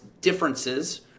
differences